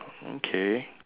okay